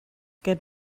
get